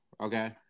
Okay